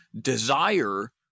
desire